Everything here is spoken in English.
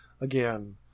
again